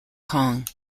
kong